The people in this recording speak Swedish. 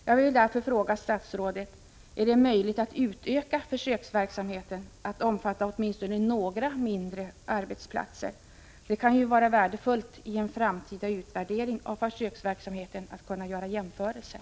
Jag vill därför fråga statsrådet: Är det möjligt att utöka försöksverksamheten till att omfatta åtminstone några mindre arbetsplatser? Det kan ju vara värdefullt vid en framtida utvärdering av försöksverksamheten att kunna göra jämförelser.